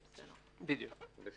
בסדר.